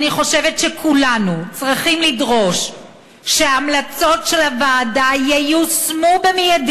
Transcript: אני חושבת שכולנו צריכים לדרוש שההמלצות של הוועדה ייושמו מייד